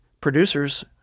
producers